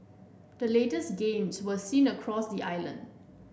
the latest gains were seen across the island